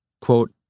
Quote